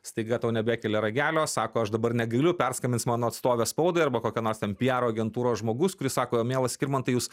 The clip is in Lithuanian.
staiga tau nebekelia ragelio sako aš dabar negaliu perskambins mano atstovė spaudai arba kokia nors ten piaro agentūros žmogus kuris sako mielas skirmantai jūs